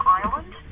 island